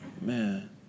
man